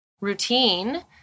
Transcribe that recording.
routine